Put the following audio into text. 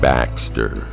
Baxter